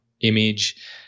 image